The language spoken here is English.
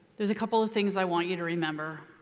there's a couple of things i want you to remember.